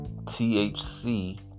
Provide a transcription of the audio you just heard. THC